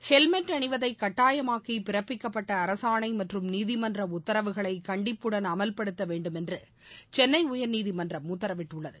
helmet அணிவதை கட்டாயமாக்கி பிறப்பிக்கப்பட்ட அரசாணை மற்றும் நீதிமன்ற உத்தரவுகளை கண்டிப்புடன் அமல்படுத்த வேண்டுமென்று சென்னை உயர்நீதிமன்றம் உத்தரவிட்டுள்ளது